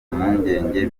mpungenge